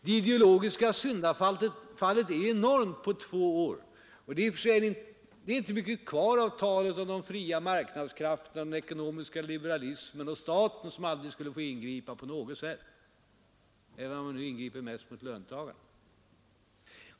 Det ideologiska syndafallet är enormt på två år och det är inte mycket kvar av talet om de fria marknadskrafterna, den ekonomiska liberalismen och om staten som aldrig på något sätt skulle få ingripa — även om den nu ingriper mest mot löntagarna.